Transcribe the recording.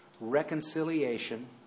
reconciliation